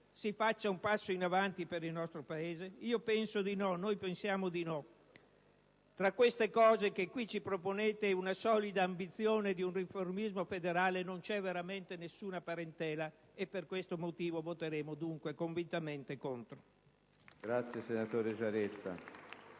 si faccia un passo in avanti per il nostro Paese? Noi pensiamo di no. Tra queste cose che qui ci proponete e una solida ambizione di un riformismo federale non c'è veramente nessuna parentela, e per questo motivo voteremo dunque convintamente contro. *(Applausi dal